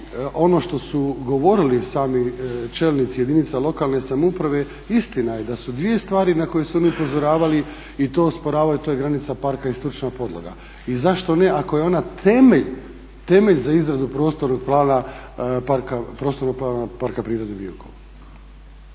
ono što su govorili sami čelnici jedinica lokalne samouprave istina je da su dvije stvari na koje su oni upozoravali i to osporavaju to je granica parka istočna podloga. I zašto ne ako je ona temelj za izradu prostornog plana Parka prirode Biokovo.